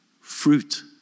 fruit